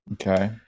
Okay